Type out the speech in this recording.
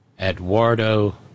Eduardo